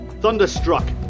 Thunderstruck